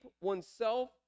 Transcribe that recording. oneself